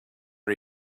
are